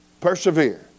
Persevere